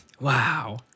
Wow